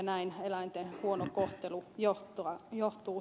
näin eläinten huono kohtelu johtuu siitä